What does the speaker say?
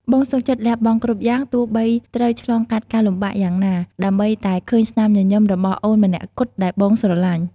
បងសុខចិត្តលះបង់គ្រប់យ៉ាង ទោះជាត្រូវឆ្លងកាត់ការលំបាកយ៉ាងណា ដើម្បីតែឃើញស្នាមញញឹមរបស់អូនម្នាក់គត់ដែលបងស្រឡាញ់។